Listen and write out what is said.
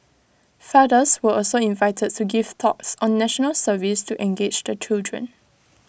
fathers were also invited to give talks on National Service to engage the children